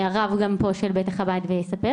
הרב של בית החב"ד יספר.